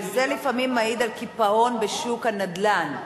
וזה לפעמים מעיד על קיפאון בשוק הנדל"ן,